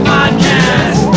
Podcast